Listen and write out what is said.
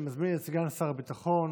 אני מזמין את סגן שר הביטחון,